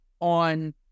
on